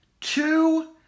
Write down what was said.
two